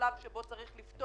הרי התאריך הזה יגיע.